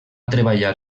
treballar